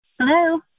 Hello